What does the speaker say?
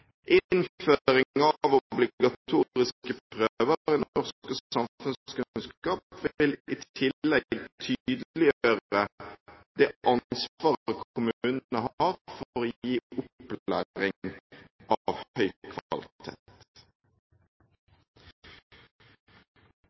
Innføring av obligatoriske prøver i norsk og samfunnskunnskap vil i tillegg tydeliggjøre det ansvaret kommunene har for å gi opplæring av høy